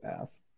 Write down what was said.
ass